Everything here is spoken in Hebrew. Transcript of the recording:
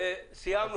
וסיימנו.